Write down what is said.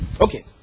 Okay